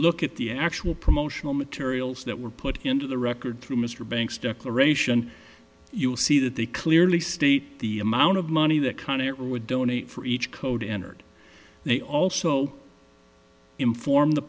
look at the actual promotional materials that were put into the record through mr banks declaration you'll see that they clearly state the amount of money that conner would donate for each code entered they also inform the